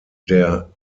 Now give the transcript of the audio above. der